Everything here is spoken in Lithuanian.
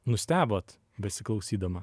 nustebot besiklausydama